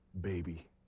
baby